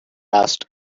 asked